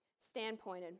standpointed